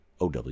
OW